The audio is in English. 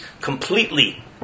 completely